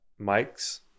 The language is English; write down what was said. mics